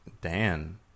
Dan